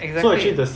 exactly